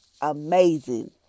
amazing